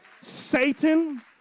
Satan